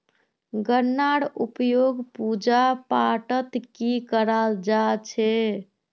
गन्नार उपयोग पूजा पाठत भी कराल जा छे